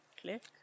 click